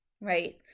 Right